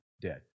dead